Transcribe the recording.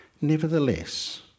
Nevertheless